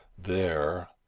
there,